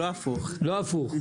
לא הפוך.